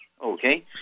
Okay